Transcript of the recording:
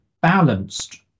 balanced